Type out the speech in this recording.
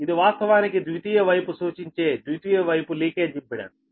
ఇది వాస్తవానికి ద్వితీయ వైపు సూచించే ద్వితీయ వైపు లీకేజ్ ఇంపెడెన్స్